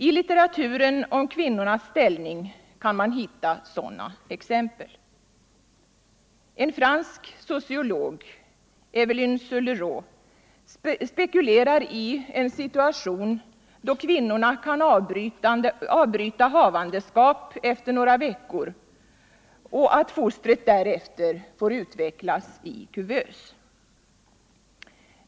I litteraturen om kvinnornas ställning kan man hitta sådana exempel. En fransk sociolog, Evelyn Sullerot, spekulerar i en situation då kvinnorna kan avbryta havandeskap efter några veckor och fostret därefter får utvecklas i kuvös.